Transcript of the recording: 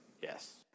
Yes